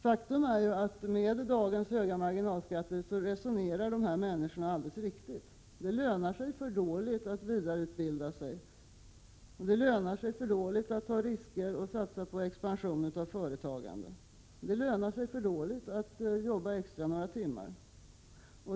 Faktum är att med dagens höga marginalskatter resonerar dessa människor alldeles riktigt — det lönar sig för dåligt att vidareutbilda sig, det lönar sig för dåligt att ta risker och satsa på expansion av företag, det lönar sig för dåligt att jobba extra några timmar.